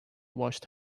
washed